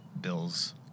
bills